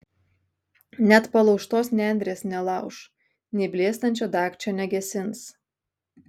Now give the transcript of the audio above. net palaužtos nendrės nelauš nei blėstančio dagčio negesins